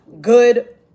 good